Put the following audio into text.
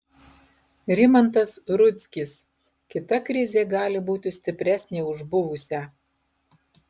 rimantas rudzkis kita krizė gali būti stipresnė už buvusią